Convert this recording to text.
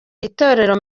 itorero